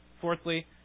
Fourthly